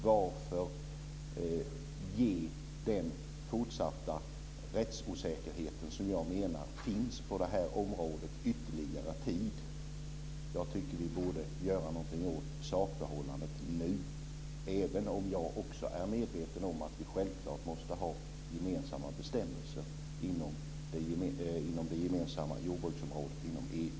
Varför ska man ge den rättsosäkerhet som jag menar finns på det här området ytterligare tid? Vi borde göra någonting åt sakförhållandet nu, även om jag är medveten om att vi självklart måste ha gemensamma bestämmelser inom det gemensamma jordbruksområdet inom EU.